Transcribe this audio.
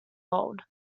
old